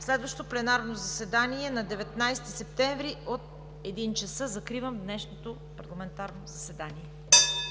Следващото пленарно заседание е на 19 септември 2017 г. от 13,00 ч. Закривам днешното парламентарно заседание. (Звъни.)